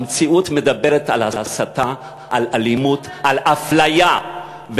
המציאות מדברת על הסתה, על אלימות, על אפליה.